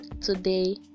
Today